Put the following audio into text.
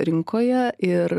rinkoje ir